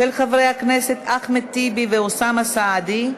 של חברי הכנסת אחמד טיבי ואוסאמה סעדי.